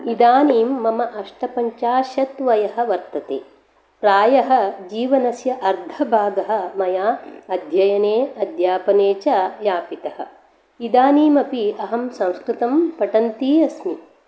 इदानीं मम अष्टपञ्चाशत् वयः वर्तते प्रायः जीवनस्य अर्धभागः मया अध्ययने अध्यापने च यापितः इदानीमपि अहं संस्कृतं पठन्ती अस्मि